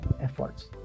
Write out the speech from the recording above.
efforts